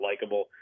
likable